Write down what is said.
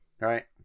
Right